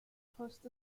host